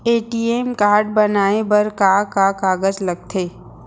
ATM card बनवाये बर का का कागज लगथे?